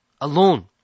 alone